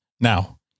Now